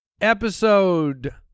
Episode